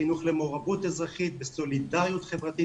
חינוך למעורבות אזרחית וסולידאריות חברתית.